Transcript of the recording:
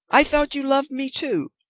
i thought you loved me too.